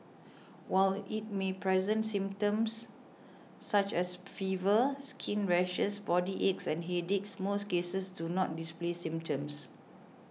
while it may present symptoms such as fever skin rashes body aches and headache most cases do not display symptoms